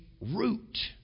root